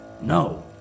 No